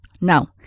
Now